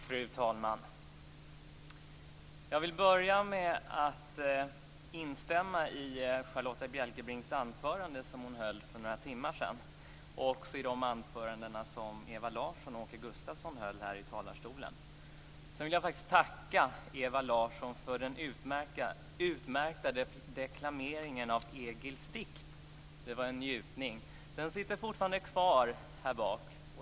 Fru talman! Jag vill börja med att instämma i Charlotta Bjälkebrings anförande som hon höll för några timmar sedan och i de anföranden som Ewa Larsson och Åke Gustavsson höll här i talarstolen. Sedan vill jag tacka Ewa Larsson för den utmärkta deklameringen av Egils dikt. Det var en njutning som fortfarande sitter kvar.